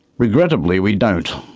regrettably we don't.